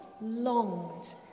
longed